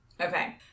Okay